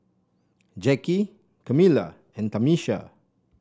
Jacki Camila and Tamisha